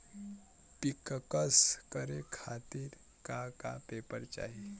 पिक्कस करे खातिर का का पेपर चाही?